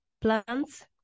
plants